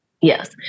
Yes